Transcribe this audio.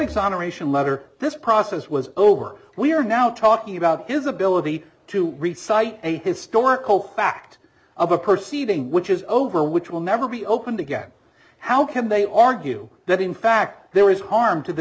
exoneration letter this process was over we are now talking about his ability to reach cite a historical fact of a perceiving which is over which will never be opened again how can they argue that in fact there is harm to the